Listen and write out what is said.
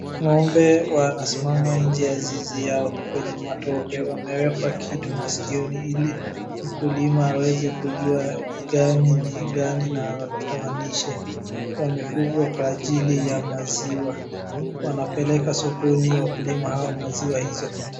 Ng'ombe wanasimama nje ya zizi yao kwenye matope. Wamewekwa kitu maskioni ili mkulima aweze kujua gani ni gani na atoanishe. Wamefugwa kwa ajili ya maziwa. Wanapeleka sokoni wakulima hao maziwa hizo.